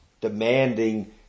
demanding